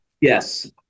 Yes